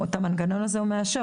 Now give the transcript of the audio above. את המנגנון הזה הוא מאשר,